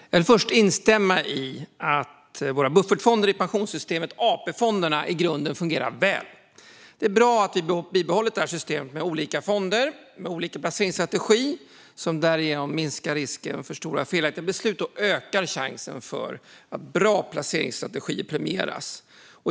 Fru talman! Jag vill först instämma i att våra buffertfonder i pensionssystemet, AP-fonderna, i grunden fungerar väl. Det är bra att vi bibehållit systemet med olika fonder, med olika placeringsstrategier, som därigenom minskar risken för stora felaktiga beslut och ökar chansen för att bra placeringsstrategier premieras.